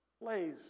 lays